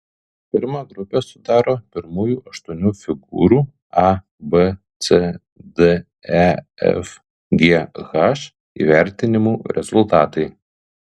pirmą grupę sudaro pirmųjų aštuonių figūrų a b c d e f g h įvertinimų rezultatai